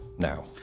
now